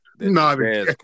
No